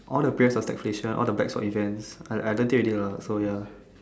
all the pierce for taxations all the backs of events I learnt it already lah so ya